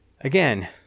again